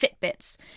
Fitbits